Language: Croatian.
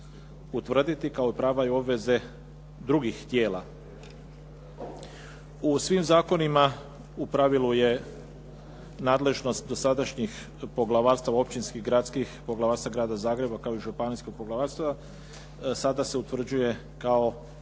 utvrditi kao prava i obveze drugih tijela. U svim zakonima u pravilu je nadležnost dosadašnjih poglavarstava općinskih i gradskih i Poglavarstva Grada Zagreba kao i županijskog poglavarstva sada se utvrđuje kao